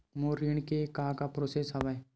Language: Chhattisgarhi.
मोर ऋण के का का प्रोसेस हवय?